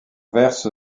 verse